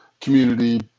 community